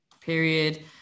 period